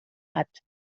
hat